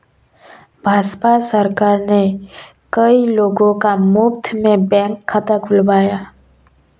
भाजपा सरकार ने कई लोगों का मुफ्त में बैंक खाता खुलवाया